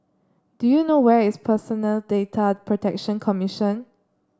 do you know where is Personal Data Protection Commission